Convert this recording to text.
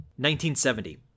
1970